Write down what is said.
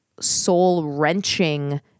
soul-wrenching